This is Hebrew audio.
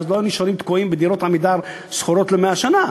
ואז הם לא היו נשארים תקועים בדירות "עמידר" שכורות למאה שנה.